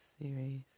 Series